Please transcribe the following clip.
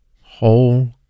whole